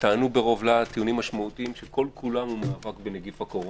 וטענו ברוב להט טיעונים משמעותיים שכל כולם הם מאבק בנגיף הקורונה.